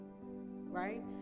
right